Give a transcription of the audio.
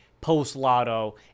post-lotto